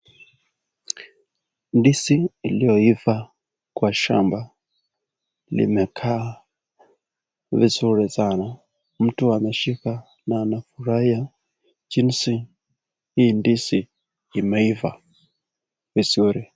Ndizi iliyoiva kwa shamba. Limekaa vizuri sana. Mtu ameshika na anafurahia jinsi hii ndizi imeiva vizuri.